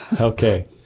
Okay